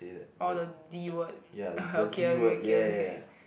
all the D word okay okay okay okay